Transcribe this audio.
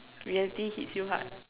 reality hits you hard